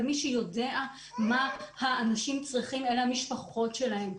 אבל מי שיודע מה האנשים צריכים הן המשפחות שלהם.